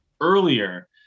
earlier